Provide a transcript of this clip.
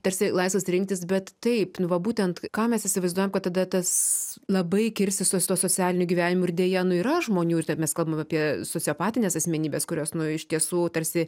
tarsi laisvas rinktis bet taip nu va būtent ką mes įsivaizduojam kad tada tas labai kirsis su su tuo socialiniu gyvenimu ir deja nu yra žmonių mes kalbam apie sociopatines asmenybės kurios nu iš tiesų tarsi